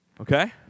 Okay